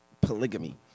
polygamy